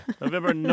November